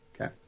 Okay